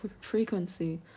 frequency